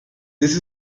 this